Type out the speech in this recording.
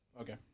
Okay